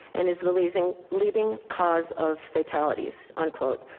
and is the leading leading cause of fatalities unquote.